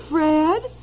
Fred